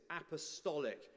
apostolic